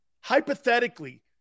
Hypothetically